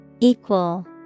Equal